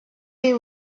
est